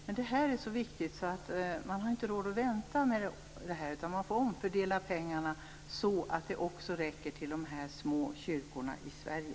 Men det här är så viktigt att vi inte har råd att vänta, utan vi får omfördela pengarna så att de också räcker till de små kyrkorna i Sverige.